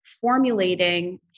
formulating